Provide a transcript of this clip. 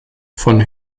von